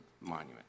monument